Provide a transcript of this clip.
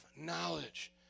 knowledge